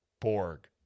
Borg